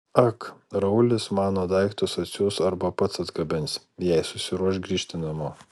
ak raulis mano daiktus atsiųs arba pats atgabens jei susiruoš grįžti namo